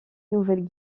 nouvelle